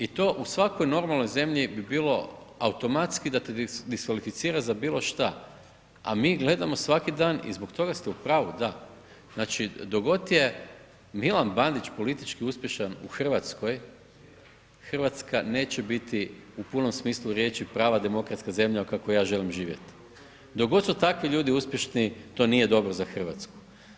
I to u svakoj normalnoj zemlji bi bilo automatski da te diskvalificira za bilo šta a mi gledamo svaki dan i zbog toga ste u pravu, da, znači, dok god je Milan Bandić politički uspješan u RH, RH neće biti, u punom smislu riječi, prava demokratska zemlja u kakvoj ja želim živjet, dok god su takvi ljudi uspješni, to nije dobro za RH.